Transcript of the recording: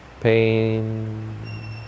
Pain